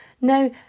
Now